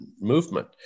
movement